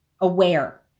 aware